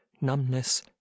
numbness